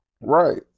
right